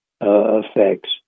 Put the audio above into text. effects